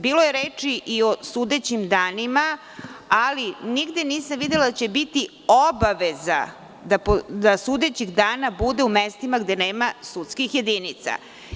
Bilo je reči o sudećim danima, ali nigde nisam videla da će biti obaveza da sudećih dana bude u mestima gde nema sudskih jedinica.